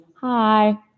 hi